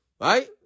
Right